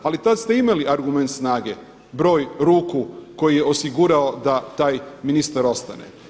Ali tada ste imali argument snage, broj ruku koji je osigurao da taj ministar ostane.